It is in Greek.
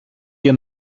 και